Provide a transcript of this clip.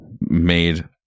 made